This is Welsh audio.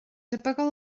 debygol